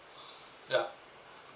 ya